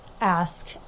ask